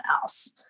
else